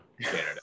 Canada